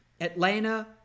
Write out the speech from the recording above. Atlanta